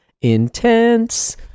intense